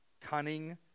cunning